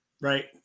right